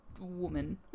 woman